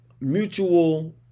mutual